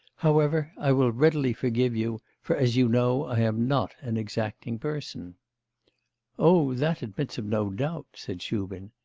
however, i will readily forgive you, for, as you know, i am not an exacting person oh, that admits of no doubt said shubin.